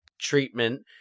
treatment